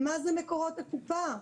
מה זה מקורות הקופה?